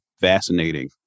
fascinating